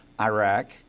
Iraq